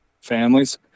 families